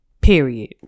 Period